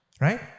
right